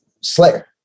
Slayer